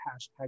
hashtag